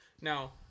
Now